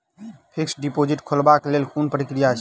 Fixed deposit खोलबाक लेल केँ कुन प्रक्रिया अछि?